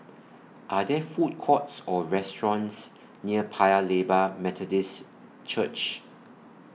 Are There Food Courts Or restaurants near Paya Lebar Methodist Church